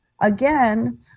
again